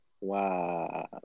Wow